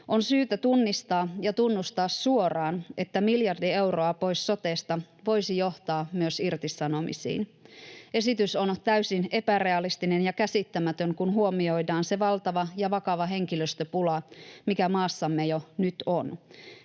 On syytä tunnistaa ja tunnustaa suoraan, että miljardi euroa pois sotesta voisi johtaa myös irtisanomisiin. Esitys on täysin epärealistinen ja käsittämätön, kun huomioidaan se valtava ja vakava henkilöstöpula, mikä maassamme jo nyt on.